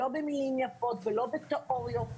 לא במילים יפות ולא בתיאוריות.